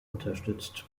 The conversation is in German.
unterstützt